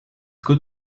good